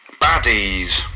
Baddies